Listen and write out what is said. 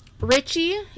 Richie